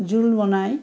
জোল বনায়